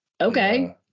Okay